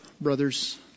brothers